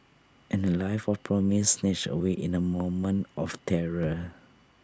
and A life of promise snatched away in A moment of terror